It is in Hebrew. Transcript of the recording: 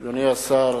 שלום, אדוני השר,